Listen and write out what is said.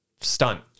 stunt